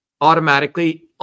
automatically